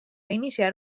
iniciar